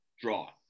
draw